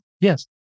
Yes